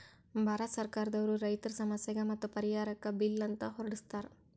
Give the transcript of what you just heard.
ಭಾರತ್ ಸರ್ಕಾರ್ ದವ್ರು ರೈತರ್ ಸಮಸ್ಯೆಗ್ ಮತ್ತ್ ಪರಿಹಾರಕ್ಕ್ ಬಿಲ್ ಅಂತ್ ಹೊರಡಸ್ತಾರ್